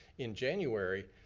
in january,